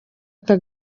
paul